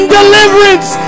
deliverance